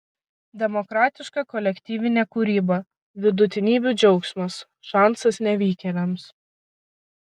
demokratiška kolektyvinė kūryba vidutinybių džiaugsmas šansas nevykėliams